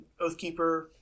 Oathkeeper